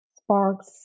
sparks